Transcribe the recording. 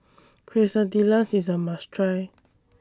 Quesadillas IS A must Try